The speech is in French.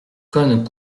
cosne